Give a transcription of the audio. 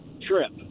trip